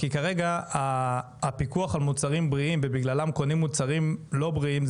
כי כרגע הפיקוח על מוצרים בריאים ובגללם קונים מוצרים לא בריאים,